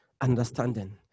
understanding